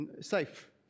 safe